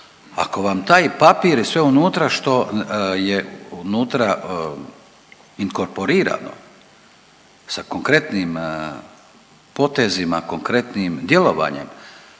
Ako vam taj papir sve unutra što je unutra inkorporirano sa konkretnim potezima, konkretnim djelovanjem